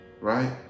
Right